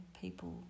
people